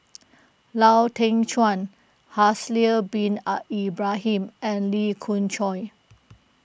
Lau Teng Chuan Haslir Bin Ibrahim and Lee Khoon Choy